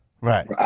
Right